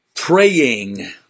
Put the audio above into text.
Praying